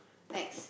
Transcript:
next